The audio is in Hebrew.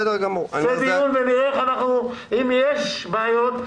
דיון ונראה אם יש בעיות,